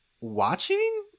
watching